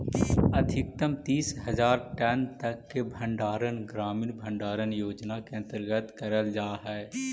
अधिकतम तीस हज़ार टन तक के भंडारण ग्रामीण भंडारण योजना के अंतर्गत करल जा हई